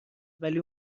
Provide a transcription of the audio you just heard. ولی